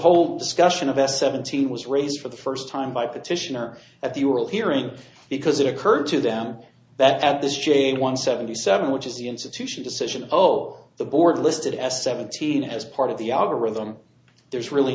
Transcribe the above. whole discussion of s seventeen was raised for the first time by petitioner at the oral hearing because it occurred to them that at this j one seventy seven which is the institution decision oh the board listed as seventeen as part of the algorithm there's really